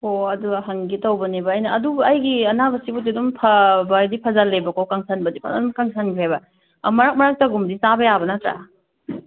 ꯑꯣ ꯑꯗꯨ ꯍꯪꯒꯦ ꯇꯧꯕꯅꯦꯕ ꯑꯩꯅ ꯑꯗꯨꯒ ꯑꯩꯒꯤ ꯑꯅꯥꯕꯁꯤꯕꯨꯗ ꯑꯗꯨꯝ ꯐꯕ ꯍꯥꯏꯗꯤ ꯐꯒꯠꯂꯦꯕꯀꯣ ꯀꯪꯁꯟꯕꯗꯤ ꯐꯖꯅ ꯀꯪꯁꯟꯈ꯭ꯔꯦꯕ ꯃꯔꯛ ꯃꯔꯛꯀꯨꯝꯕꯗꯤ ꯆꯥꯕ ꯌꯥꯕ ꯅꯠꯇ꯭ꯔꯥ